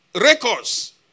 records